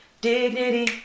dignity